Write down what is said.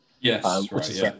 Yes